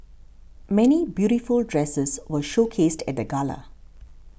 many beautiful dresses were showcased at the gala